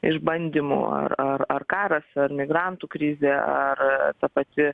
išbandymų ar ar ar karas ar migrantų krizė ar ta pati